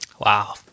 Wow